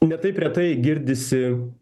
ne taip retai girdisi